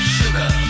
sugar